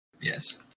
Yes